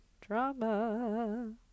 Drama